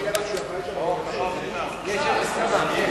יש הסכמה.